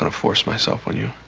ah force myself when you